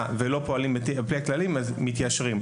ולא פועלים על פי הכללים הם מתיישרים.